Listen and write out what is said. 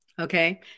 Okay